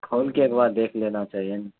کھول کے ایک بار دیکھ لینا چاہیے نا